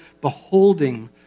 beholding